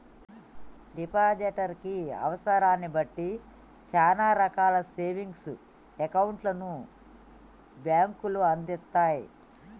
depositor కి అవసరాన్ని బట్టి చానా రకాల సేవింగ్స్ అకౌంట్లను బ్యేంకులు అందిత్తయ్